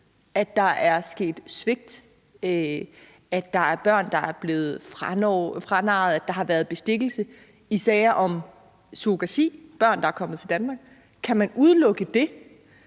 at der er sket svigt, at der er børn, der er blevet franarret forældrene, at der har været bestikkelse i sager om surrogasi og børn, der er kommet til Danmark. Kan man udelukke det?